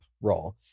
role